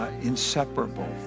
inseparable